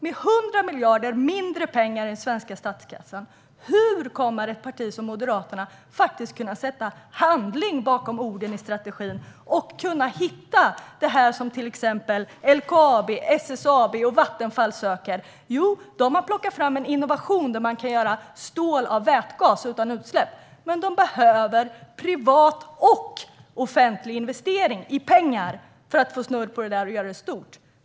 Med 100 miljarder mindre i den svenska statskassan, hur kommer ett parti som Moderaterna att kunna sätta handling bakom orden i strategin och hitta det som till exempel LKAB, SSAB och Vattenfall söker? De har nämligen plockat fram en innovation där man kan göra stål av vätgas utan utsläpp, men de behöver privat och offentlig investering i form av pengar för att få snurr på det och göra det stort.